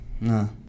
no